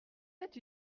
êtes